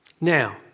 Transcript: Now